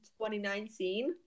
2019